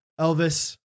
Elvis